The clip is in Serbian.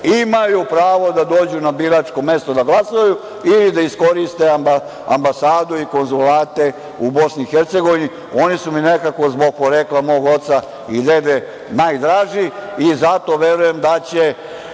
pretpostavke, da dođu na biračko mesto da glasaju, kao i da iskoriste ambasadu i konzulate u BiH. Oni su mi nekako zbog porekla mog oca i dede najdraži. Zato verujem da će